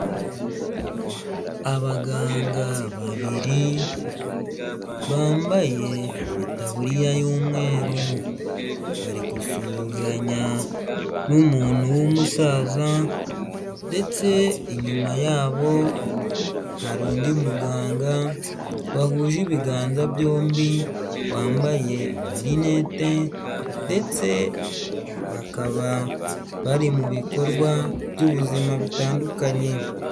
Abaganga babiri bambaye amataburiya y'umweru bari gusuhuzanya n'umuntu w'umusaza ndetse inyuma yabo hari undi muganga wahuje ibiganza byombi wambaye amarinete ndetse bakaba bari mu bikorwa by'ubuzima bitandukanye.